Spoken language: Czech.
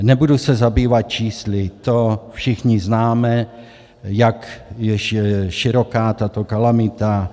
Nebudu se zabývat čísly, to všichni známe, jak široká je tato kalamita.